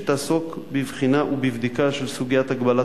שתעסוק בבחינה ובבדיקה של סוגיית הגבלת